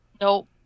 Nope